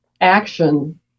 action